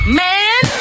man